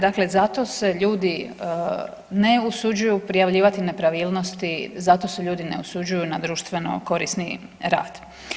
Dakle zato se ljudi ne usuđuju prijavljivati nepravilnosti, zato se ljudi ne usuđuju na društveno korisni rad.